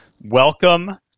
Welcome